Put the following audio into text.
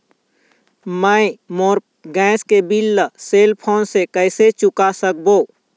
मैं मोर गैस के बिल ला सेल फोन से कइसे चुका सकबो?